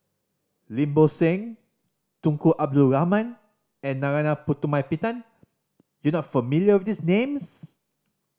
Lim Bo Seng Tunku Abdul Rahman and Narana Putumaippittan you not familiar with these names